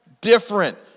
different